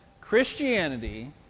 Christianity